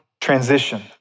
transition